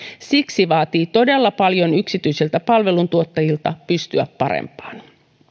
siksi vaatii todella paljon yksityisiltä palveluntuottajilta pystyä parempaan